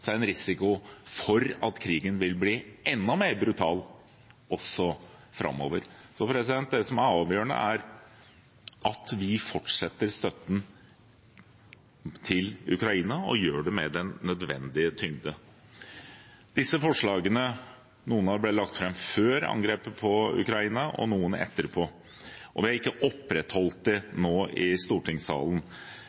er det en risiko for at krigen vil bli enda mer brutal også framover. Det som er avgjørende, er at vi fortsetter støtten til Ukraina og gjør det med den nødvendige tyngde. Noen av disse forslagene ble lagt fram før angrepet på Ukraina og noen etterpå. Vi har ikke opprettholdt dem nå i stortingssalen. Det